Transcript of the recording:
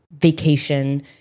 vacation